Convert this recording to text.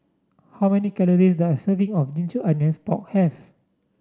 how many calories does a serving of Ginger Onions Pork have